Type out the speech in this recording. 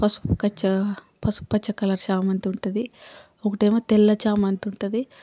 పసుపు పచ్చ పసుపుపచ్చ కలర్ చామంతి ఉంటుంది ఒకటేమో తెల్ల చామంతి ఉంటుంది